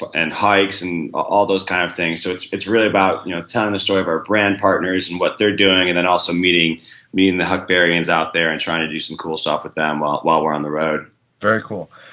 but hikes and all those kind of things. so it's it's really about you know telling the story of our brand partners and what they're doing and then also meeting meeting the huckberrians out there and trying to do some cool stuff with them while while we're on the road very cool.